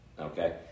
Okay